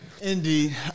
Indeed